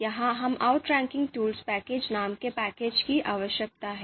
यहां हमें OutrankingTools package नाम के पैकेज की आवश्यकता है